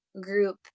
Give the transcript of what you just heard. group